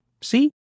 See